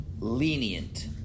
lenient